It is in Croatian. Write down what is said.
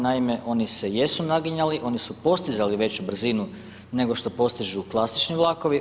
Naime, oni se jesu naginjali, oni su postizali veću brzinu nego što postižu klasični vlakovi.